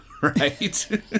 right